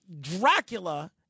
Dracula